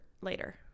later